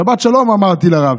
שבת שלום, אמרתי לרב.